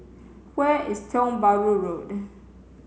where is Tiong Bahru Road